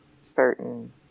certain